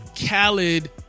Khaled